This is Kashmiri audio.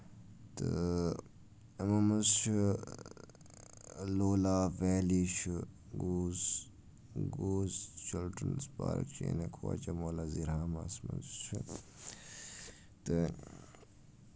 تہٕ یِمو منٛز چھُ لولاب ویلی چھُ گوٗز گوٗز چِلڈرنٕز پارٕک چھِ یعنی خوجا مولا زِرہامَس منٛز چھُ تہٕ